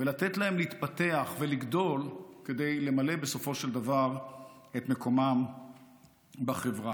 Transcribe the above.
ולתת להם להתפתח ולגדול כדי למלא בסופו של דבר את מקומם בחברה.